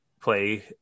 play